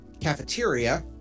cafeteria